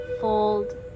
fold